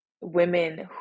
women